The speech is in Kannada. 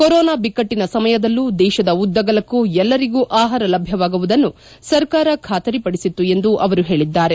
ಕೊರೊನಾ ಬಿಕ್ಕಟ್ಟನ ಸಮಯದಲ್ಲೂ ದೇಶದ ಉದ್ದಗಲಕೂ ಎಲ್ಲರಿಗೂ ಆಹಾರ ಲಭ್ಯವಾಗುವುದನ್ನು ಸರ್ಕಾರ ಖಾತರಿ ಪಡಿಸಿತ್ತು ಎಂದು ಅವರು ಹೇಳಿದ್ದಾರೆ